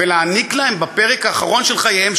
וניתן להם בפרק האחרון של חייהם,